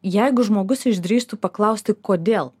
jeigu žmogus išdrįstų paklausti kodėl